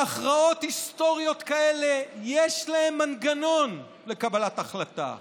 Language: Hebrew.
שהכרעות היסטוריות כאלה יש להן מנגנון לקבלת החלטה,